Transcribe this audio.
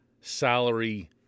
salary